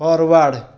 forward